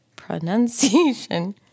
Pronunciation